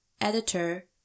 editor